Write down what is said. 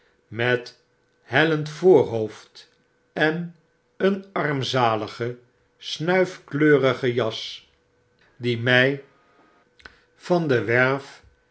met hellend voorhoofd en een armzalige snuifkleurige jas die my lump up mmm een vliegende reis van de werf